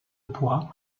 poids